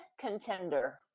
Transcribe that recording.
contender